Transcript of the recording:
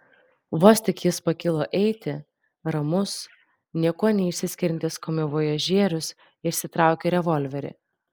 vos tik jis pakilo eiti ramus niekuo neišsiskiriantis komivojažierius išsitraukė revolverį